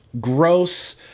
gross